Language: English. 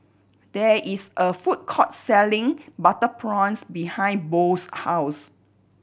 there is a food court selling butter prawns behind Bo's house